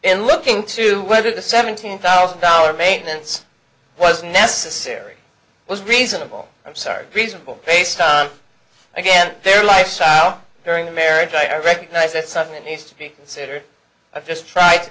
in looking to whether the seventeen thousand dollars maintenance was necessary was reasonable sorry reasonable based on again their lifestyle during the marriage i recognize that something needs to be considered i've just tr